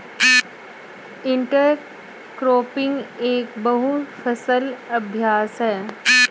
intercropping एक बहु फसल अभ्यास है